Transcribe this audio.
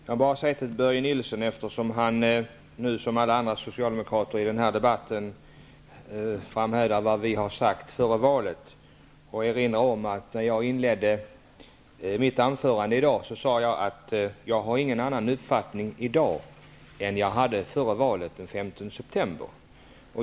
Herr talman! Eftersom Börje Nilsson och alla andra socialdemokrater i den här debatten har framhållit vad vi sagt före valet vill jag erinra om att jag i mitt anförande i dag sade att jag i dag inte har någon annan uppfattning än vad jag hade före valet den 15 september.